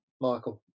Michael